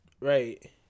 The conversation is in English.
Right